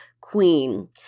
queen